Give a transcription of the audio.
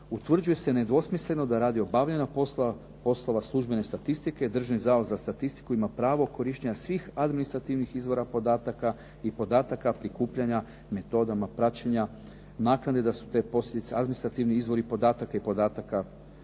utvrđuje se nedvosmisleno da radi obavljanja poslova službene statistike Državni zavod za statistiku ima pravo korištenja svih administrativnih izvora podataka i podataka prikupljanja metodama praćenja naknade da su te posljedice administrativni izvori podataka i podataka